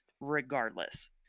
regardless